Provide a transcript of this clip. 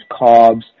carbs